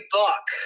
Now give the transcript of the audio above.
book